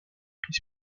prix